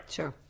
Sure